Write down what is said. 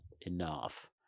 enough